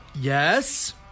yes